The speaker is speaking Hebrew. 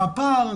מה הפער,